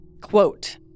Quote